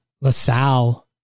LaSalle